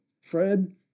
Fred